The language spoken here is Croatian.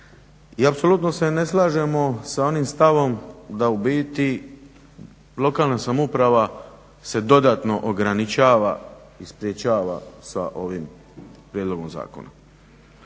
i apsolutno se ne slažemo s onim stavom da u biti lokalna samouprava dodatno ograničava i sprječava sa ovim prijedlogom zakona.